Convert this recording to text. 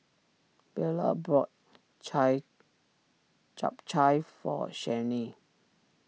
Beula bought Chai Chap Chai for Shianne